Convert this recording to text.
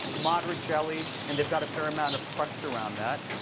moderate jelly. and they've got a fair amount of crust around that.